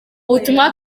butumwa